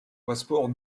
passeport